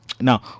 now